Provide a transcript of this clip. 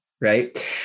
right